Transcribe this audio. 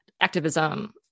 activism